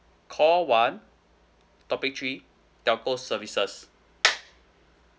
call one topic three telco services